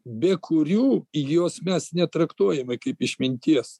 be kurių jos mes netraktuojame kaip išminties